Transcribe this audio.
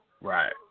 Right